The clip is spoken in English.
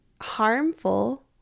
harmful